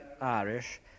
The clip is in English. Irish